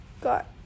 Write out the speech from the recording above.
Got